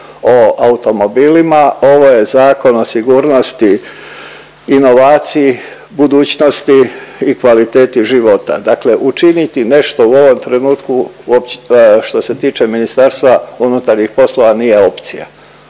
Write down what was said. o automobilima. Ovo je zakon o sigurnosti, inovaciji, budućnosti i kvaliteti života. Dakle učiniti nešto u ovom trenutku što se tiče Ministarstva unutarnjih poslova nije opcija.